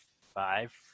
five